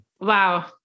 Wow